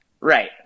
right